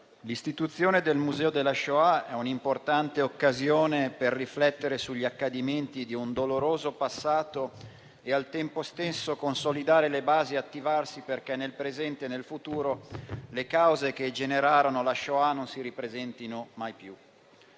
l'istituzione del Museo della Shoah è un'importante occasione per riflettere sugli accadimenti di un doloroso passato e, al tempo stesso, consolidare le basi e attivarsi perché nel presente e nel futuro le cause che generarono la Shoah non si ripresentino mai più.